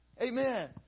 Amen